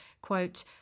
quote